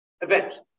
event